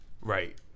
Right